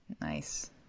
Nice